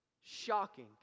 shocking